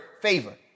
favor